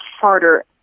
harder